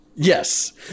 Yes